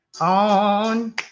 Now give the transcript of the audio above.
on